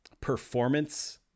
performance